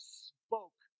spoke